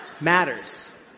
matters